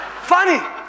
Funny